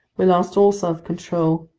we lost all self-control.